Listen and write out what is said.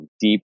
deep